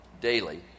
daily